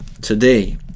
today